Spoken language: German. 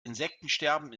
insektensterben